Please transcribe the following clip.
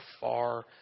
far